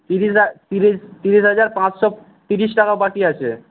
তিরিশ তিরিশ তিরিশ হাজার পাঁচশো তিরিশ টাকা বাকি আছে